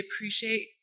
appreciate